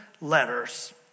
letters